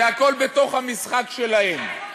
זה הכול בתוך המשחק שלהם.